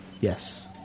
yes